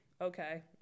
Okay